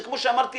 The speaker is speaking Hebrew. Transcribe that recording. כפי שאמרתי